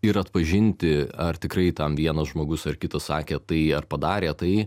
ir atpažinti ar tikrai tam vienas žmogus ar kitas sakė tai ar padarė tai